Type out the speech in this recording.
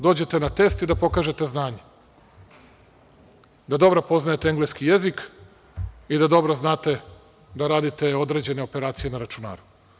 Dođete na test i da pokažete znanje, da dobro poznajete engleski jezik i da dobro znate da radite određene operacije na računaru.